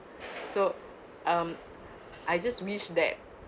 so um I just reach that